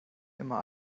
immer